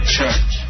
Church